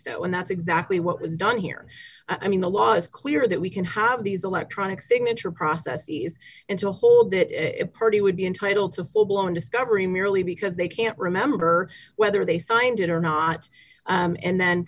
so and that's exactly what was done here i mean the law is clear that we can have these electronic signature process and to hold that party would be entitled to full blown discovery merely because they can't remember whether they signed it or not and then